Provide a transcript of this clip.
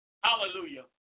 Hallelujah